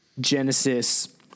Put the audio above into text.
Genesis